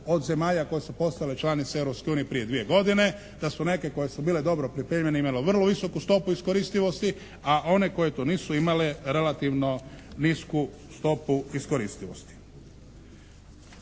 od zemalja koje su postale članice Europske unije prije dvije godine. Da su neke koje su bile dobro pripremljene imale vrlo visoku stopu iskoristivosti, a one koje to nisu imale, relativno nisku stopu iskoristivosti.